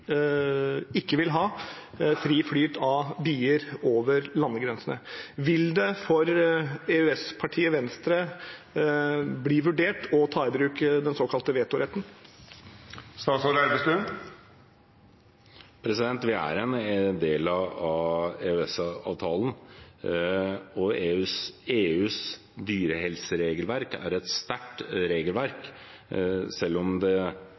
ha fri flyt av bier over landegrensene. Vil det for EØS-partiet Venstre bli vurdert å ta i bruk den såkalte vetoretten? Vi er en del av EØS-avtalen, og EUs dyrehelseregelverk er et sterkt regelverk, selv om åpen yngelråte ikke er en listeført sykdom. Det